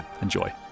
Enjoy